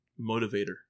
motivator